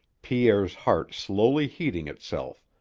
pierre's heart slowly heating itself,